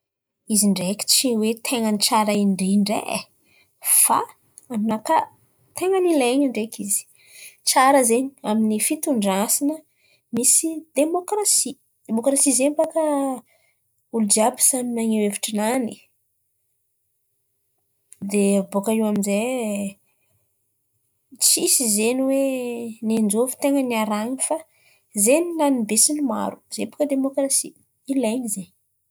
Izy ndraiky tsy hoe ten̈a ny tsara indrindra e, fà aminakà ten̈a ilain̈y ndraiky izy, tsara zen̈y amin'ny fitondrasan̈a misy demokrasia. Demokrasia zen̈y bakà olo jiàby samy maneho hevitry nany. Dia abôkà eo amin'izay tsisy zen̈y hoe ninjôvy ten̈a arahiny fa zen̈y lan̈in'ny be sy ny maro zen̈y bôkà demokrasia, ilain̈y fo.